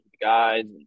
guys